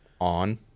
On